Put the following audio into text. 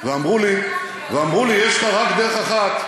אמרו לי: יש לך רק דרך אחת.